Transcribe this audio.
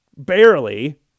barely